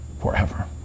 forever